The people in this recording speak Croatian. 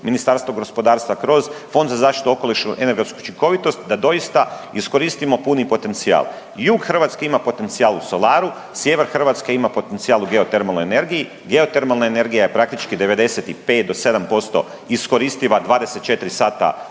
Ministarstvo gospodarstva, kroz Fond za zaštitu okoliša i energetsku učinkovitost da doista iskoristimo puni potencijal. Jug Hrvatske ima potencijal u solaru, sjever Hrvatske ima potencijal u geotermalnoj energiji, geotermalna energija je praktički 95 do sedam posto iskoristiva 24 sata